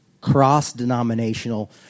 cross-denominational